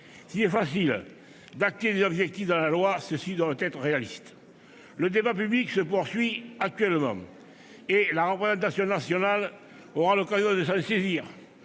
S'il est facile d'acter des objectifs dans la loi, ceux-ci doivent être réalistes. Le débat public se poursuit actuellement et la représentation nationale aura l'occasion de s'en saisir.